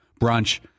brunch